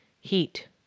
heat